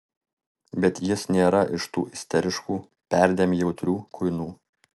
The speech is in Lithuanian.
bet jis nėra iš tų isteriškų perdėm jautrių kuinų